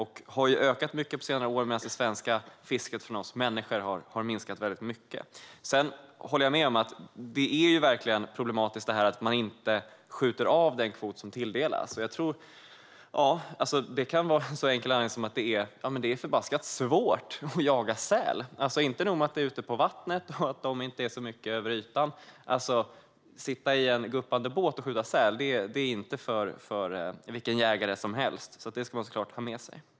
De har ökat mycket på senare år, medan det svenska fisket från oss människor har minskat kraftigt. Jag håller med om att det är problematiskt att man inte skjuter av den kvot som tilldelas. Anledningen kan vara så enkel som att det är förbaskat svårt att jaga säl. Inte nog med att det hela sker ute på vattnet och att sälarna inte rör sig särskilt mycket över ytan - att sitta i en guppande båt och skjuta säl är inte något för vilken jägare som helst. Detta ska vi såklart ta med oss.